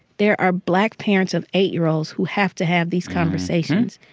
there are black parents of eight year olds who have to have these conversations.